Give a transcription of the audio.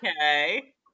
Okay